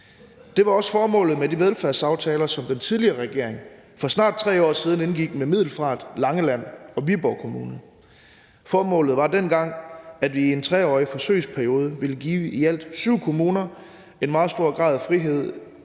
Det var også formålet med de velfærdsaftaler, som den tidligere regering for snart 3 år siden indgik med Middelfart, Langeland og Viborg Kommuner. Formålet var dengang, at vi i en 3-årig forsøgsperiode ville give i alt syv kommuner en meget stor grad af frihed